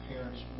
parents